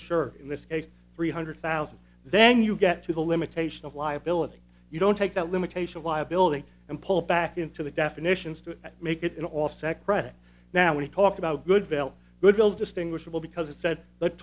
insured in this case three hundred thousand then you get to the limitation of liability you don't take that limitation of liability and pull back into the definitions to make it an offset credit now when you talk about good will good deals distinguishable because it said the